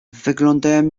wyglądają